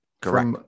Correct